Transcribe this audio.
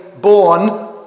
born